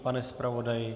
Pane zpravodaji?